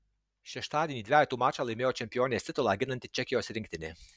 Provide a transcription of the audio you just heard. šeštadienį dvejetų mačą laimėjo čempionės titulą ginanti čekijos rinktinė